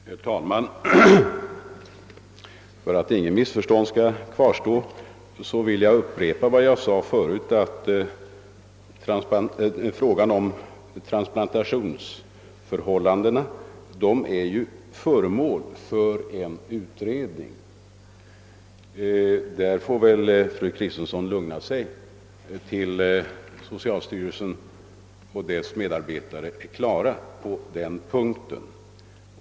Herr talman! För att inget missförstånd skall kvarstå vill jag upprepa vad jag sade förut att frågan om en ny transplantationslagstiftning varit föremål för utredning. Fru Kristensson får väl lugna sig tills socialstyrelsen och dess medarbetare blivit klara på den punkten.